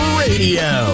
radio